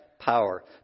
power